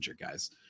guys